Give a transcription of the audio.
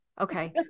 Okay